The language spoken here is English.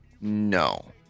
no